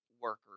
workers